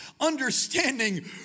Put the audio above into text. understanding